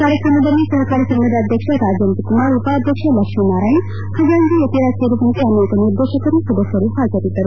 ಕಾರ್ಯಕ್ರಮದಲ್ಲಿ ಸಹಕಾರ ಸಂಘದ ಅಧ್ಯಕ್ಷ ರಾಜೇಂದ್ರ ಕುಮಾರ್ ಉಪಾಧ್ಯಕ್ಷ ಲಕ್ಷ್ಮೀನಾರಾಯಣ್ ಖಚಾಂಜಿ ಯತಿರಾಜ್ ಸೇರಿದಂತೆ ಅನೇಕ ನಿರ್ದೇಶಕರು ಸದಸ್ಥರು ಹಾಜರಿದ್ದರು